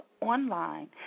Online